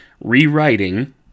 rewriting